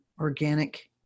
organic